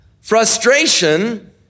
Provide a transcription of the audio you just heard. Frustration